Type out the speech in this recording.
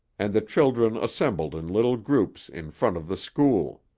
and the children assembled in little groups in front of the school.